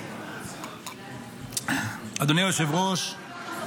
אדוני היושב-ראש,